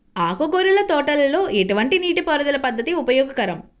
ఆకుకూరల తోటలలో ఎటువంటి నీటిపారుదల పద్దతి ఉపయోగకరం?